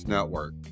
Network